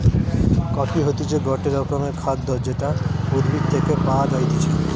coffee হতিছে গটে রকমের খাদ্য যেটা উদ্ভিদ থেকে পায়া যাইতেছে